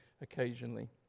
occasionally